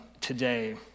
today